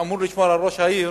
שאמור לשמור על ראש העיר,